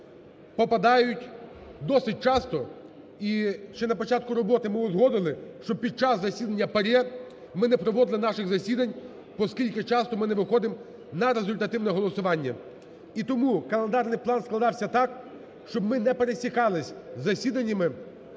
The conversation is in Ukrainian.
попадають досить часто. І ще на початку роботи ми узгодили, щоб під час засідання ПАРЄ ми не проводили наших засідань, оскільки часто ми не виходимо на результативне голосування. І тому календарний план складався так, щоб ми не пересікалися із засіданнями